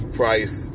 price